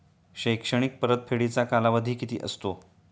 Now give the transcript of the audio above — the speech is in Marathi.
शैक्षणिक परतफेडीचा कालावधी किती असतो?